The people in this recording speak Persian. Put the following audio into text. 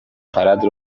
خرد